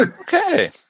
Okay